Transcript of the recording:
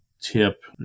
tip